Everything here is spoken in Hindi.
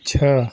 छः